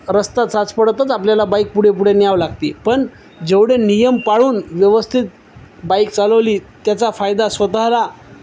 रस्ता चाचपडतच आपल्याला बाईक पुढे पुढे न्यावं लागती पण जेवढे नियम पाळून व्यवस्थित बाईक चालवली त्याचा फायदा स्वतःला